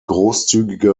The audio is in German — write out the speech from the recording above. großzügige